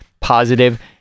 positive